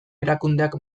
erakundeak